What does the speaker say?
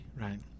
right